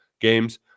games